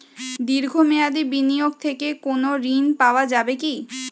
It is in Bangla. দীর্ঘ মেয়াদি বিনিয়োগ থেকে কোনো ঋন পাওয়া যাবে কী?